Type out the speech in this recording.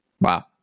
Wow